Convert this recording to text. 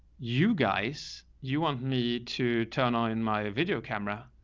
you guys, you want me to turn on and my video camera?